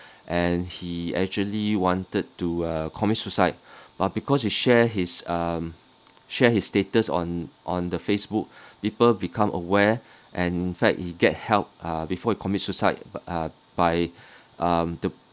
and he actually wanted to uh commit suicide but because he share his um share his status on on the facebook people become aware and in fact he get help uh before he commit suicide b~ uh by um the